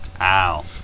Ow